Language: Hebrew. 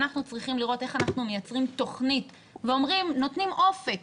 אנחנו צריכים לראות איך אנחנו מייצרים תוכנית ונותנים אופק